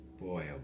Boy